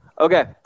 Okay